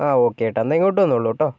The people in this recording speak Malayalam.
ആ ഒക്കേ ഏട്ടാ എന്നാൽ ഇങ്ങോട്ട് വന്നോളൂ കേട്ടോ